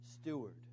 steward